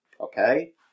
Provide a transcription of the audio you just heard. Okay